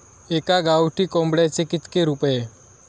एका गावठी कोंबड्याचे कितके रुपये?